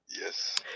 Yes